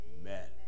Amen